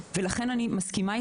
לא צריך לחסן לפי צבע עור.